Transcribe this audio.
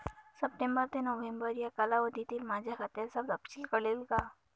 September ते November या कालावधीतील माझ्या खात्याचा तपशील कळेल का?